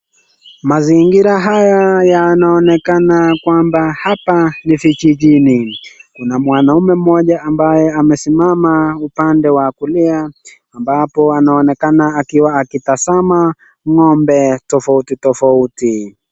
Mazingira haya yanaonekana kwamba hapa ndio vijijini. Kuna mwanaume mmoja ambaye amesimama upande wa kulia ambapo anaonekana akiwa akitazama ngombe tofauti tofauti.